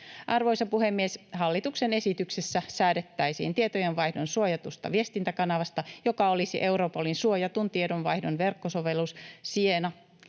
Arvoisa puhemies! Hallituksen esityksessä säädettäisiin tietojenvaihdon suojatusta viestintäkanavasta, joka olisi Europolin suojatun tiedonvaihdon verkkosovellus SIENA.